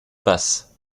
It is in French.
passe